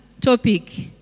topic